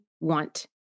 want